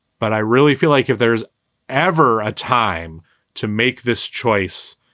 but i really feel like if there's ever a time to make this choice,